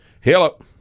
Hello